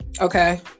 okay